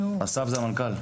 אסף זה המנכ"ל.